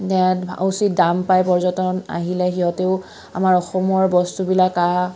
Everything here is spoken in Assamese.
উচিত দাম পায় পৰ্যটন আহিলে সিহঁতেও আমাৰ অসমৰ বস্তুবিলাক